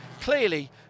clearly